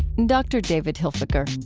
and dr. david hilfiker.